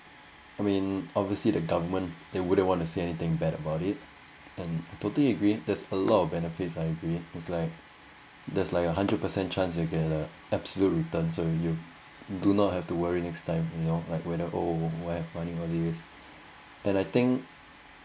I mean obviously the government they wouldn't want to say anything bad about it and totally agree there's a lot of benefits I agree it's like there's like a hundred percent chance to get a absolute return so you do not have to worry next time you know like when you're old you will have money to be use all these things and I think